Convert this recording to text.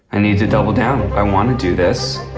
i need to double down. i wanna do this.